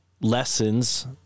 lessons